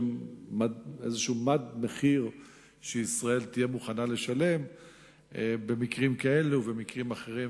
איזה מד מחיר שישראל תהיה מוכנה לשלם במקרים כאלה ובמקרים אחרים.